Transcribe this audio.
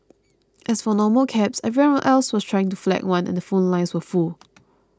as for normal cabs everyone else was trying to flag one and the phone lines were full